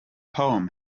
poem